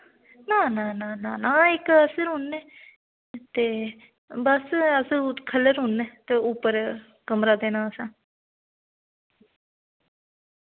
ना ना ना ना ना इक असी रौह्ने ते बस अस खल्ले रौह्ने ते उप्पर कमरा देना असें